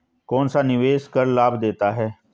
कौनसा निवेश कर लाभ देता है?